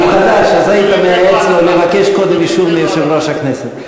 אז היית מייעץ לו לבקש קודם אישור מיושב-ראש הכנסת.